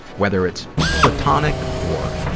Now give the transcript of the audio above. whether it's platonic or,